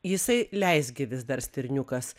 jisai leisgyvis dar stirniukas